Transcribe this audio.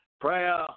Prayer